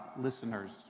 listeners